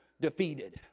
defeated